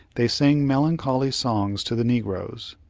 they sang melancholy songs to the negroes,